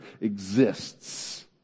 exists